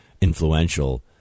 influential